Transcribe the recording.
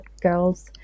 girls